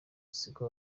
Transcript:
siko